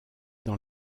dans